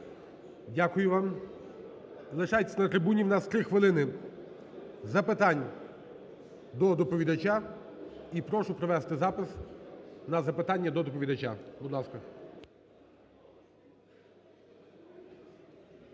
Дякую вам. Залишайтесь на трибуні. У нас три хвилини запитань до доповідача, і прошу провести запис на запитання до доповідача. Будь ласка.